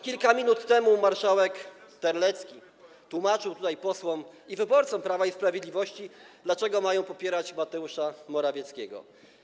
Kilka minut temu marszałek Terlecki tłumaczył posłom i wyborcom Prawa i Sprawiedliwości, dlaczego mają popierać Mateusza Morawieckiego.